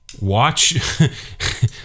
watch